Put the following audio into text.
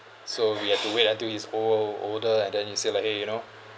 so we have to wait until he's old or older and then you say like !hey! you know